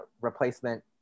replacement